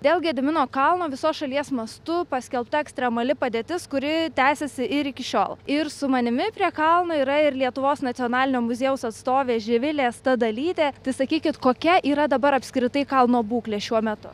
dėl gedimino kalno visos šalies mastu paskelbta ekstremali padėtis kuri tęsiasi ir iki šiol ir su manimi prie kalno yra ir lietuvos nacionalinio muziejaus atstovė živilė stadalytė tai sakykit kokia yra dabar apskritai kalno būklė šiuo metu